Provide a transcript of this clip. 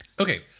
Okay